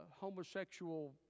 homosexual